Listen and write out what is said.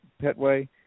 Petway